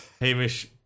Hamish